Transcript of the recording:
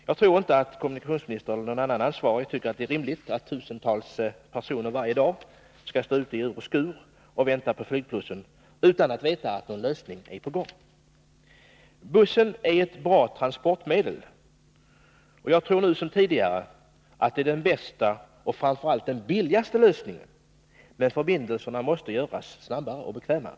Jag tror inte att kommunikationsministern eller någon annan ansvarig tycker att det är rimligt att tusentals personer varje dag skall stå ute i ur och skur och vänta på flygbussen, utan att veta om någon lösning är på gång. Bussen är ett bra transportmedel, och jag tror nu som tidigare att det är den bästa och framför allt den billigaste lösningen. Men förbindelserna måste göras snabbare och bekvämare.